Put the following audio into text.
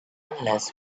unless